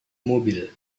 mobil